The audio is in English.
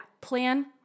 Plan